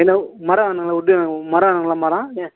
என்ன மரம் வேணுங்களா உட்டு மரம் வேணுங்களா மரம்